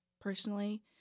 personally